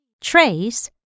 trace